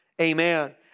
Amen